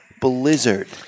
Blizzard